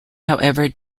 however